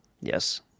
Yes